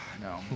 No